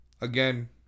Again